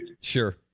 Sure